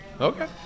Okay